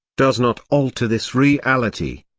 does not alter this reality.